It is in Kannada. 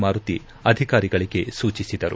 ಮಾರುತಿ ಅಧಿಕಾರಿಗಳಿಗೆ ಸೂಚಿಸಿದರು